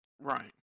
Right